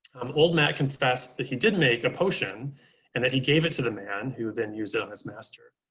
um old matt confessed that he did make a potion and that he gave it to the man who then used it on his master.